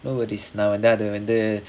nobody is நா வந்து அத வந்து:naa vanthu atha vanthu